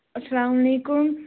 اَسلام علیکُم